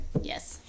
Yes